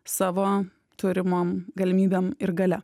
savo turimom galimybėm ir galia